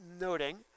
noting